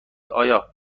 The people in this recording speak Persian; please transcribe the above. آیا